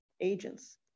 agents